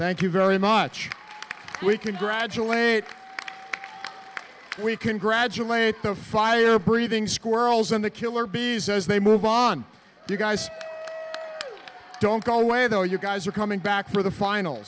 thank you very much we can graduate we can graduate the fire breathing squirrels in the killer bees as they move on you guys don't go away though you guys are coming back for the final